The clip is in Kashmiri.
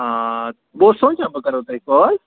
آ بہٕ اوسُس سونٛچان بہٕ کَرہو تۄہہِ کال